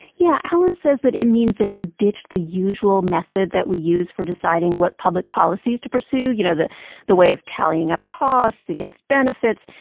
yeah. allen says that it means that you ditch the usual method that we use for deciding what public policies to pursue you know, the the way of tallying up costs against benefits.